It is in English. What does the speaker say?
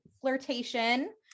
flirtation